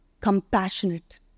Compassionate